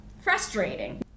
frustrating